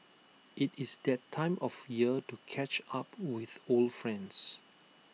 IT is that time of year to catch up with old friends